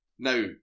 Now